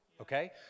Okay